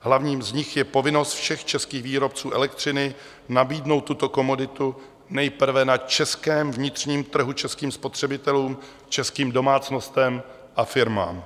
Hlavním z nich je povinnost všech českých výrobců elektřiny nabídnout tuto komoditu nejprve na českém vnitřním trhu, českým spotřebitelům, českým domácnostem a firmám.